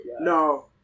No